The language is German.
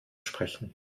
sprechen